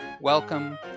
welcome